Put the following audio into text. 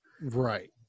right